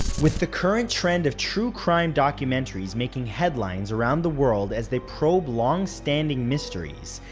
with the current trend of true crime documentaries making headlines around the world as they probe long-standing mysteries,